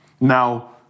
Now